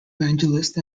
evangelist